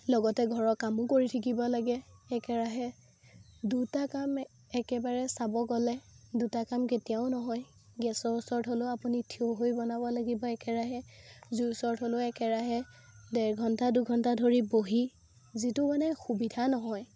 লগতে ঘৰৰ কামো কৰি থাকিব লাগে একেৰাহে দুটা কাম একেবাৰে চাব গ'লে দুটা কাম কেতিয়াও নহয় গেছৰ ওচৰত হ'লেও আপুনি থিয় হৈ বনাব লাগিব একেৰাহে জুইৰ ওচৰত হ'লেও একেৰাহে দেৰ ঘণ্টা দুঘণ্টা বহি যিটো মানে সুবিধা নহয়